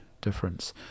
difference